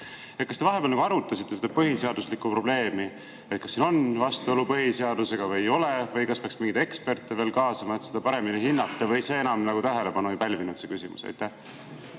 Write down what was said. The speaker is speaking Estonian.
Kas te vahepeal arutasite seda põhiseaduslikku probleemi, kas siin on vastuolu põhiseadusega või ei ole või kas peaks mingeid eksperte veel kaasama, et seda paremini hinnata? Või see küsimus enam tähelepanu ei pälvinud? Aitäh